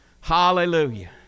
Hallelujah